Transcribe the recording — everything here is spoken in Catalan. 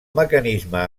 mecanisme